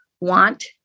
want